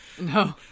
no